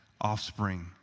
offspring